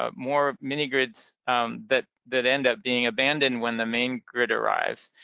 ah more mini-grids that that end up being abandoned when the main grid arrives.